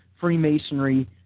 Freemasonry